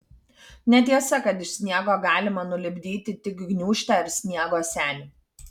netiesa kad iš sniego galima nulipdyti tik gniūžtę ar sniego senį